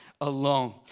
alone